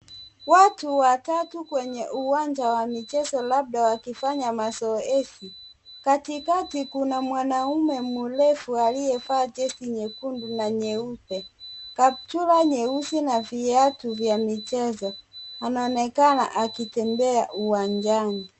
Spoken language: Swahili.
Watu watatu kwenye uwanja wa michezo labda wakifanya mazoezi. Katikati kuna mwanaume mrefu aliyevaa jezi nyekundu na nyeupe, kaptura nyeusi na viatu vya michezo. Anaonekana akitembea uwanjani.